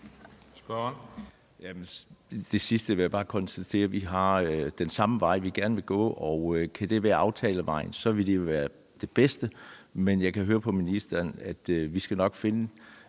det sidste vil jeg bare konstatere, at vi gerne vil gå den samme vej, og kan det være aftalevejen, så vil det jo være det bedste. Men jeg kan høre på ministeren, at vi nok skal finde